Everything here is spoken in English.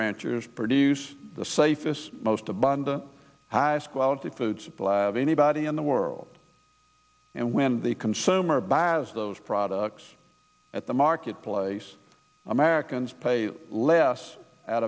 ranchers produce the safest most abundant high school out of food supply of anybody in the world and when the consumer buys those products at the marketplace americans pay less out